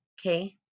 okay